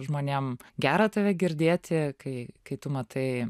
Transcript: žmonėm gera tave girdėti kai kai tu matai